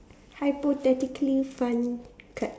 hypothetically fun crab